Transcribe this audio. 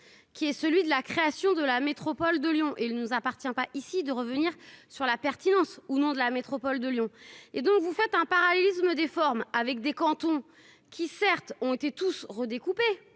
qui est celui de la création de l'armée. Métropole de Lyon il nous appartient pas ici de revenir sur la pertinence ou non, de la métropole de Lyon et donc vous faites un parallélisme des formes avec des cantons qui, certes, on était tous redécouper